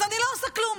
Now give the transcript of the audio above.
אז אני לא עושה כלום.